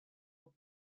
خطاب